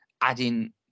adding